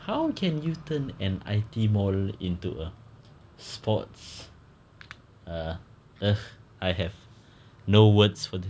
how can you turn an I_T mall into a sports ah ugh I have no words for this